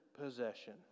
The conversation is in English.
possession